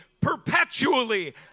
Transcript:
perpetually